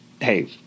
hey